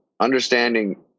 understanding